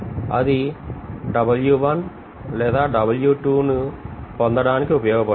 అది లేదా W2 ను పొందడానికి ఉపయోగపడుతుంది